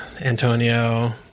Antonio